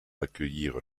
accueillir